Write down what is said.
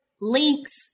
links